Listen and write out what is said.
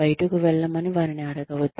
బయటకు వెళ్ళమని వారిని అడగవద్దు